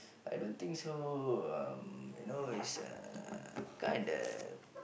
I don't think so um you know it's uh kinda